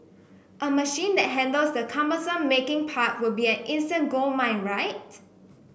a machine that handles the cumbersome 'making' part would be an instant goldmine right